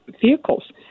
vehicles